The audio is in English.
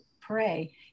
pray